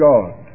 God